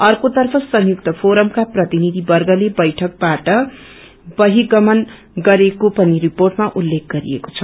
अर्कोतर्फ संयुक्त फोरमका प्रतिनिधि वर्गले बैठकबाट वहिगमन गरेको पनि रिपोेटामा उल्लेख गरिएको छ